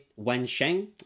wensheng